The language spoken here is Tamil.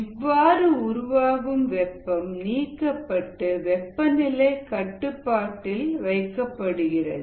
இவ்வாறு உருவாகும் வெப்பம் நீக்கப்பட்டு வெப்பநிலை கட்டுப்பாட்டில் வைக்கப்படுகிறது